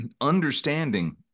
understanding